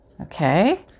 Okay